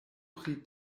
pri